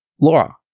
Laura